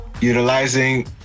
utilizing